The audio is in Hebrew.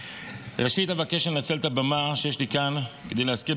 ראשית אבקש לנצל את הבמה שיש לי כאן כדי להזכיר,